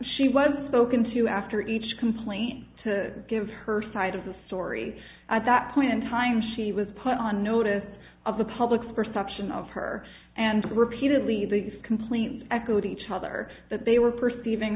she was spoken to after each complain to give her side of the story at that point in time she was put on notice of the public's perception of her and repeatedly these complaints echoed each other that they were perceiving